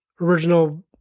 original